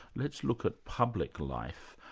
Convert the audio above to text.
let's look at public life.